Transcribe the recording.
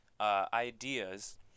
ideas